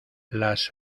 las